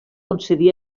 concedir